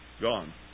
Gone